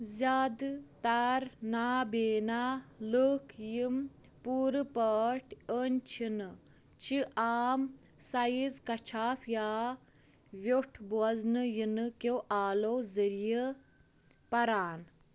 زیادٕ تَر نا بینا لوٗکھ یِم پوٗرٕ پٲٹھۍ أنۍ چھِنہٕ چھِ عام سایِز کچھاف یا ویوٚٹھ بوزنہٕ یِنہٕ كیو آلو ذٔریعہٕ پران